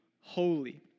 holy